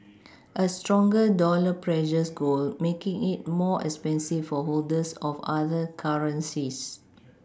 a stronger dollar pressures gold making it more expensive for holders of other currencies